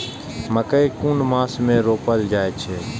मकेय कुन मास में रोपल जाय छै?